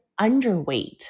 underweight